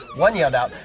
one yelled out,